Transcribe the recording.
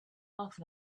half